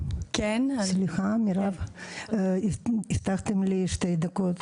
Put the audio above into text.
סליחה, גבירתי היו"ר, הבטחתם לי שתי דקות.